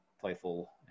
playful